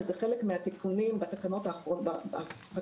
זה חלק מהתיקונים בחקיקה.